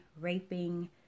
raping